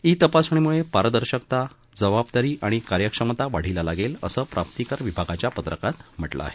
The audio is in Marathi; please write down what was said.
ई तपासणीमुळे पारदर्शकता जवाबदारी आणि कार्यक्षमता वाढीला लागेल असं प्राप्तीकर विभागाच्या पत्रकात म्हटलं आहे